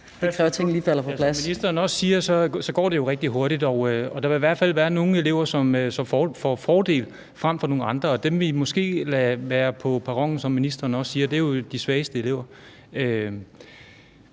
det kræver, at tingene lige falder på plads. Kl. 16:01 Stén Knuth (V): Som ministeren også siger, går det jo rigtig hurtigt. Der vil i hvert fald være nogle elever, som får en fordel frem for nogle andre. Dem, som vi måske vil efterlade på perronen, er jo, som ministeren også siger, de svageste elever.